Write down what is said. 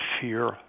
fear